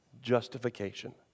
justification